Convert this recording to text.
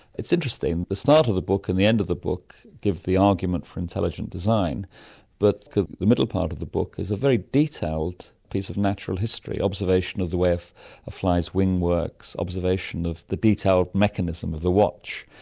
it's interesting, the start of the book and the end of the book give the argument for intelligent design but the the middle part of the book is a very detailed piece of natural history, observation of the way a fly's wing works, observation of the detailed mechanism of the watch.